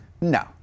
No